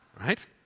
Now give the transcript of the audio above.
Right